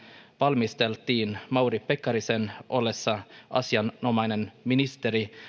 valmisteltiin mauri pekkarisen ollessa asianomainen ministeri